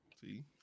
See